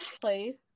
place